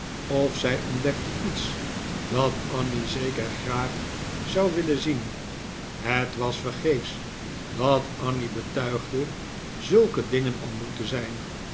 of zij ontdekte iets dat annie zeker graag zqu willen zien het was vergeefs dat annie betuigde zulke dingen al moe te zijn